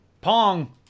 Pong